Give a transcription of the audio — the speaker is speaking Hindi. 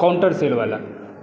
काॅउंटर सेल वाला